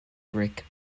brick